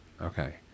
Okay